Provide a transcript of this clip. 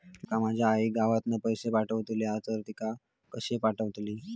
माका माझी आई गावातना पैसे पाठवतीला तर ती कशी पाठवतली?